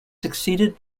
succeeded